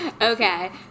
Okay